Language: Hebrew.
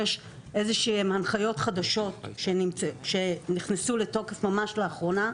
יש איזשהן הנחיות חדשות שנכנסו לתוקף ממש לאחרונה,